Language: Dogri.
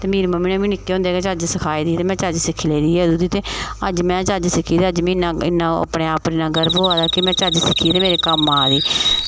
ते मेरी मम्मी ने मिगी निक्के होंदे गै चज्ज सखाई दी ही ते में चज्ज सिक्खी लै दी ही अदूं दी ते अज्ज में चज्ज सिक्खी ते अज्ज मिगी इ'न्ना मिगी अपने आप पर इ'न्ना गर्व होआ दा कि में चज्ज सिक्खी दी ते मेरे कम्म आ दी